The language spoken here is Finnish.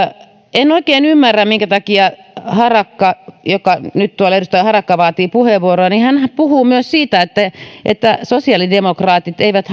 enkä oikein ymmärrä minkä takia edustaja harakka joka nyt tuolla vaatii puheenvuoroa puhuu myös siitä että sosiaalidemokraatit eivät